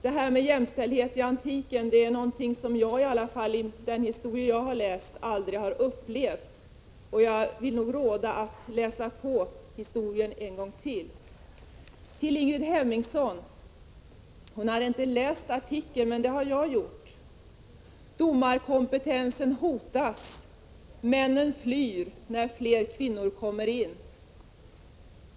Det här med jämställdhetsarbetet under antiken är någonting som i alla fall jag-utifrån den historia jag har läst — aldrig har upplevt. Jag vill nog ge rådet att läsa på historien en gång till. Ingrid Hemmingsson hade inte läst artikeln i fråga, men det har jag gjort: Domarkompetensen hotas. Männen flyr när fler kvinnor kommer in.